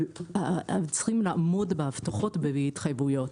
אבל צריכים לעמוד בהבטחות ובהתחייבויות.